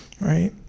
right